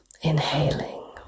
inhaling